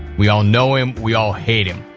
we all know him, we all hate him.